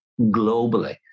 globally